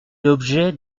l’objet